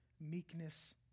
meekness